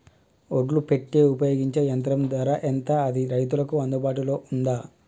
ఒడ్లు పెట్టే ఉపయోగించే యంత్రం ధర ఎంత అది రైతులకు అందుబాటులో ఉందా?